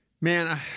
Man